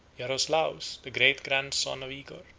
jaroslaus, the great grandson of igor,